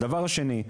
הדבר השני,